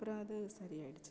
அப்புறம் அது சரியாயிடுச்சு